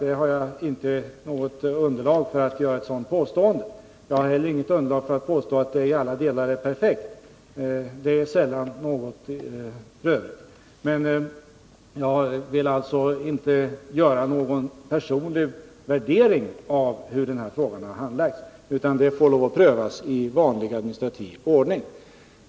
Jag har nämligen inte något underlag för att göra ett sådant påstående. Jag har heller inget underlag för att påstå att handläggningen i alla delar är perfekt. Det är f. ö. sällan någonting är det. Jag vill alltså inte göra någon personlig värdering av hur denna fråga har handlagts. Det får prövas i vanlig administrativ ordning.